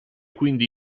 quindi